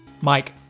Mike